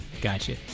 Gotcha